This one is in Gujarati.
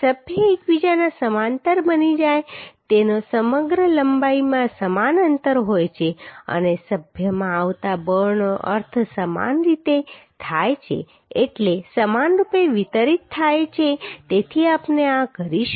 સભ્યો એકબીજાના સમાંતર બને છે તેની સમગ્ર લંબાઈમાં સમાન અંતર હોય છે અને સભ્યમાં આવતા બળનો અર્થ સમાન રીતે થાય છે એટલે સમાનરૂપે વિતરિત થાય છે તેથી આપણે આ કરીશું